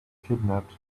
kidnapped